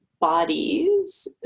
bodies